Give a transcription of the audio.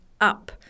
up